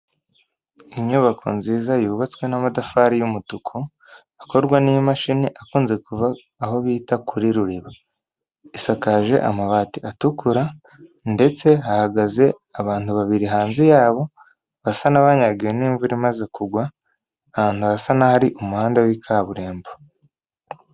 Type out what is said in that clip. Inyubako nziza yubatswe n'amatafari y'umutuku, akorwa n'imashini akunze kuva aho bita kuri Ruriba, isakaje amabati atukura ndetse hahagaze abantu babiri hanze yabo basa n'abanyagiyewe n'imvura imaze kugwa, ahantu hasa n'ahari umuhanda w'ikaburimbo.